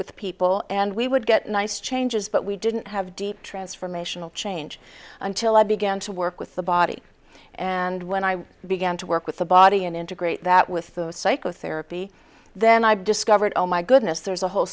with people and we would get nice changes but we didn't have deep transformational change until i began to work with the body and when i began to work with the body and integrate that with those psychotherapy then i discovered oh my goodness there's a whole